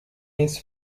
his